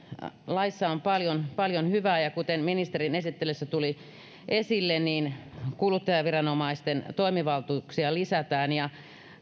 laissa on paljon paljon hyvää kuten ministerin esittelyssä tuli esille kuluttajaviranomaisten toimivaltuuksia lisätään ja